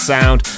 Sound